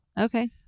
Okay